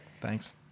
Thanks